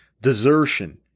desertion